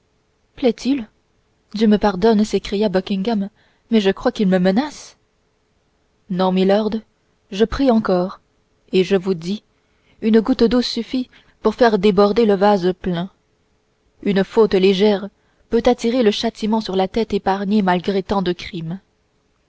plaît-il dieu me pardonne s'écria buckingham mais je crois qu'il me menace non milord je prie encore et je vous dis une goutte d'eau suffit pour faire déborder le vase plein une faute légère peut attirer le châtiment sur la tête épargnée malgré tant de crimes